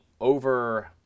over